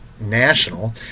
National